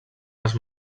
les